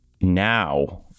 now